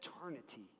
eternity